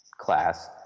class